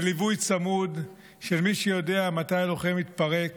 זה ליווי צמוד של מי שיודע מתי הלוחם יתפרק